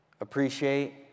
appreciate